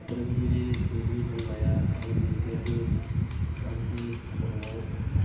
फोरोंगिरिनि बुंनाया आंनि गोरबो आंनि खर'आव